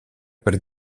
per